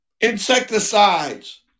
Insecticides